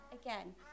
again